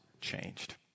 changed